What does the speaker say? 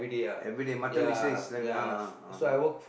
every day mutton business is like that one ah good